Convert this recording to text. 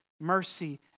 mercy